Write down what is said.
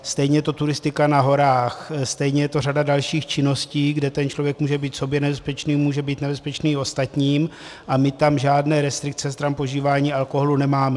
Stejně je to turistika na horách, stejně je to řada dalších činností, kde ten člověk může být sobě nebezpečný, může být nebezpečný i ostatním, a my tam žádné restrikce stran požívání alkoholu nemáme.